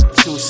two